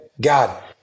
God